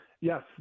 Yes